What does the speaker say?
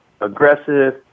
aggressive